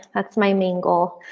that's my main goal.